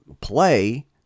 play